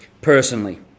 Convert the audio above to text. personally